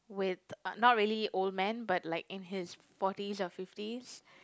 with uh not really old man but like in his forties or fifties